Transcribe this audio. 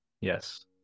Yes